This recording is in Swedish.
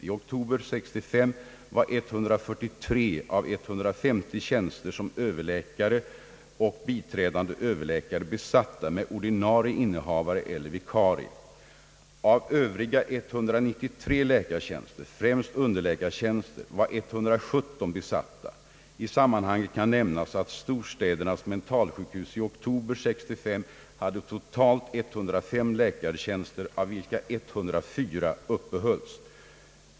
I oktober 1965 var 143 av 150 tjänster som överläkare och biträdande överläkare besatta med ordinarie innehavare eller vikarie. Av Övriga 193 läkartjänster — främst underläkartjänster — var 117 besatta. I sammanhanget kan nämnas att storstädernas mentalsjukhus i oktober 1963 hade totalt 105 läkartjänster, av vilka 104 uppehölls.